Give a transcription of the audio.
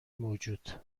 موجود